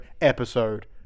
episode